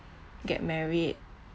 get married